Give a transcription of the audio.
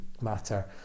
matter